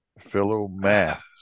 Philomath